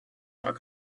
more